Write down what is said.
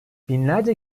binlerce